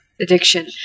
addiction